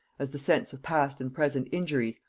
as the sense of past and present injuries,